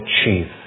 achieve